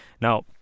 Now